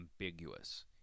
ambiguous